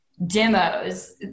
Demos